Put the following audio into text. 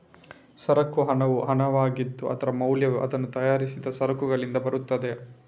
ಸರಕು ಹಣವು ಹಣವಾಗಿದ್ದು, ಅದರ ಮೌಲ್ಯವು ಅದನ್ನು ತಯಾರಿಸಿದ ಸರಕುಗಳಿಂದ ಬರುತ್ತದೆ